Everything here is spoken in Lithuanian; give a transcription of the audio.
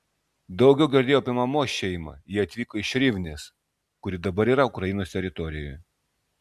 daugiau girdėjau apie mamos šeimą jie atvyko iš rivnės kuri dabar yra ukrainos teritorijoje